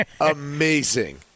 amazing